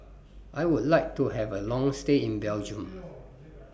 I Would like to Have A Long stay in Belgium